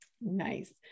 Nice